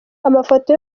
amafoto